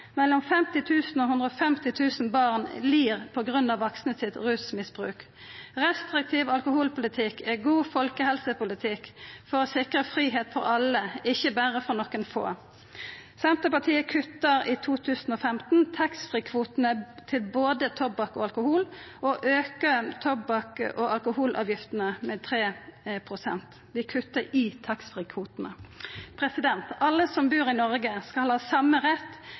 Mellom 50 000 og 150 000 barn lir på grunn av rusmisbruket til dei vaksne. Restriktiv alkoholpolitikk er god folkehelsepolitikk for å sikra fridom for alle, ikkje berre for nokon få. Senterpartiet kuttar i 2015 i taxfree-kvotane til både tobakk og alkohol og aukar tobakk- og alkoholavgiftene med 3 pst. Alle som bur i Noreg, skal ha same rett